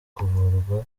kuvurwa